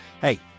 hey